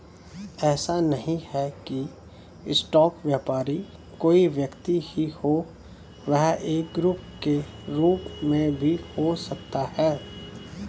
ऐसा नहीं है की स्टॉक व्यापारी कोई व्यक्ति ही हो वह एक ग्रुप के रूप में भी हो सकता है